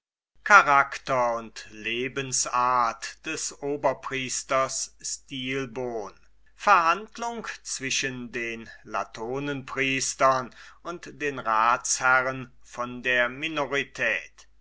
charakter und lebensart des oberpriesters stilbon verhandlung zwischen den latonenpriestern und den ratsherren von der minorität